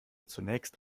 zunächst